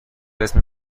اسم